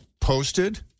posted